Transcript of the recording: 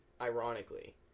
ironically